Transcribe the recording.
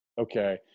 okay